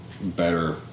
better